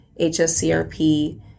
HSCRP